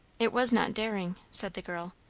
it was not daring, said the girl.